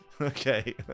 Okay